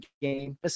game